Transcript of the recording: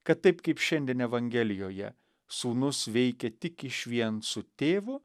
kad taip kaip šiandien evangelijoje sūnus veikia tik išvien su tėvu